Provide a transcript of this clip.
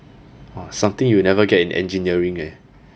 !wah! you will never get in engineering eh